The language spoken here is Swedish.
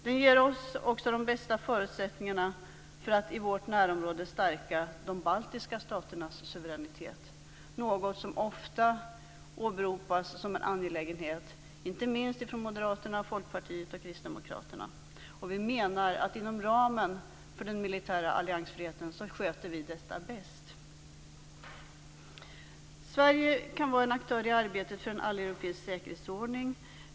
Den ger oss också de bästa förutsättningarna för att i vårt närområde stärka de baltiska staternas suveränitet, något som ofta åberopas som en angelägenhet, inte minst från Moderaterna, Folkpartiet och Kristdemokraterna. Vi menar att vi sköter detta bäst inom ramen för den militära alliansfriheten. Sverige kan vara en aktör i arbetet för en alleuropeisk säkerhetsordning.